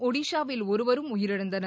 ஒடிஷாவில் ஒருவரும் உயிரிழந்தனர்